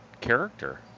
character